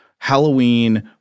Halloween